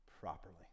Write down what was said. properly